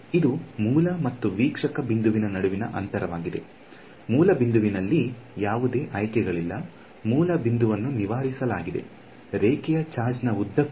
ಇದು ಮೂಲ ಮತ್ತು ವೀಕ್ಷಕ ಬಿಂದುವಿನ ನಡುವಿನ ಅಂತರವಾಗಿದೆ ಮೂಲ ಬಿಂದುವಿನಲ್ಲಿ ಯಾವುದೇ ಆಯ್ಕೆಗಳಿಲ್ಲ ಮೂಲ ಬಿಂದುವನ್ನು ನಿವಾರಿಸಲಾಗಿದೆ ರೇಖೆಯ ಚಾರ್ಜ್ ನ ಉದ್ದಕ್ಕೂ